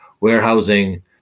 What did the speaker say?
warehousing